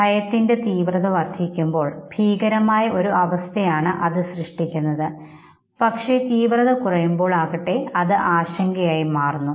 ഭയത്തിൻറെ തീവ്രത വർധിക്കുമ്പോൾ ഭീകരമായ ഒരു അവസ്ഥയാണ് അത് സൃഷ്ടിക്കുന്നത് പക്ഷേ തീവ്രത കുറയുമ്പോൾ ആകട്ടെ ആശങ്കയായി മാറുന്നു